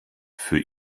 für